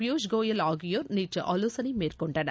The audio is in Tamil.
பியூஷ் கோயல் ஆகியோர் நேற்று ஆலோசனை மேற்கொண்டனர்